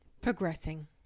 progressing